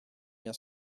bien